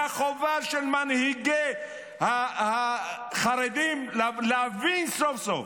והחובה של מנהיגי החרדים להבין סוף-סוף